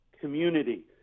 community